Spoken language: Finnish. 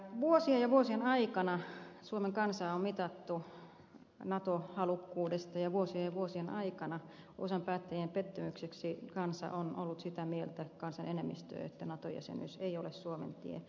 vuosien ja vuosien aikana suomen kansaa on mitattu nato halukkuudesta ja vuosien ja vuosien aikana päättäjistä osan pettymykseksi kansa on ollut sitä mieltä kansan enemmistö että nato jäsenyys ei ole suomen tie